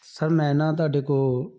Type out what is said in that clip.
sir ਮੈਂ ਨਾ ਤੁਹਾਡੇ ਕੋਲ